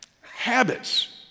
Habits